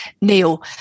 Neil